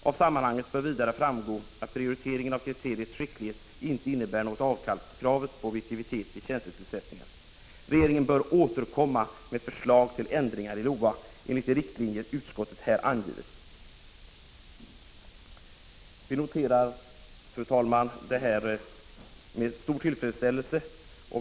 Av sammanhanget bör vidare framgå att prioriteringen av kriteriet skicklighet inte innebär något avkall på kravet på objektivitet vid tjänstetillsättningar. Regeringen bör återkomma med förslag till ändringar i LOA enligt de riktlinjer utskottet här angivit.” Vi noterar detta, fru talman, med stor tillfredsställelse.